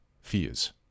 fears